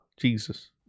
Jesus